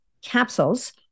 capsules